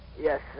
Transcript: yes